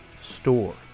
store